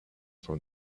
from